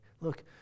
look